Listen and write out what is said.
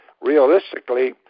realistically